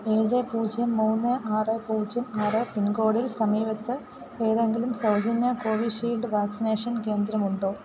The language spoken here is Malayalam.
ഏഴ് പൂജ്യം മൂന്ന് ആറ് പൂജ്യം ആറ് പിൻകോഡിൽ സമീപത്ത് ഏതെങ്കിലും സൗജന്യ കോവിഷീൽഡ് വാക്സിനേഷൻ കേന്ദ്രമുണ്ടോ